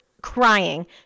crying